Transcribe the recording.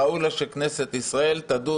ראוי לה שכנסת ישראל תדון,